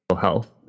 health